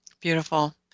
Beautiful